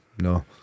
no